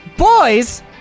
Boys